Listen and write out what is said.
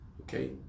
okay